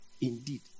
indeed